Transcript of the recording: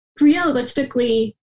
realistically